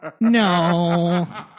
No